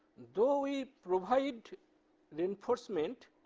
though we provide reinforcement,